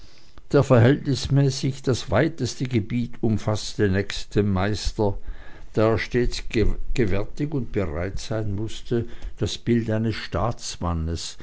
der verhältnismäßig das weiteste gebiet umfaßte nächst dem meister da er stets gewärtig und bereit sein mußte das bildnis eines staatsmannes